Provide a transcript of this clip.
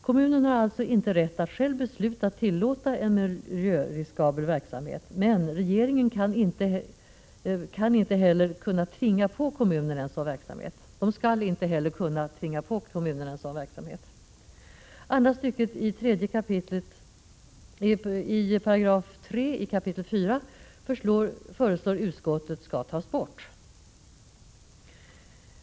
Kommunen har alltså inte rätt att själva besluta tillåta en miljöriskabel verksamhet, men regeringen skall inte heller kunna tvinga på kommunen en sådan verksamhet. Andra stycket i 4 kap. 3 § föreslår utskottet skall tas bort.